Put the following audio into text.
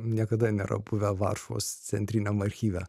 niekada nėra buvę varšuvos centriniam archyve